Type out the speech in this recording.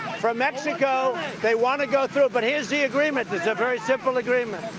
for mexico they want to go through it, but here's the agreement. it's a very simple agreement.